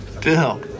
Bill